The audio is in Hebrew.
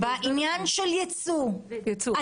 בעניין של יצוא,